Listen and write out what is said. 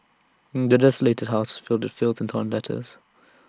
the desolated house was filled in filth and torn letters